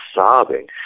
sobbing